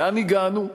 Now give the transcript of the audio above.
לאן הגענו?